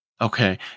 Okay